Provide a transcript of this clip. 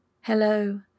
Hello